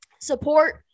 Support